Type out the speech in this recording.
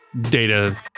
data